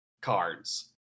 cards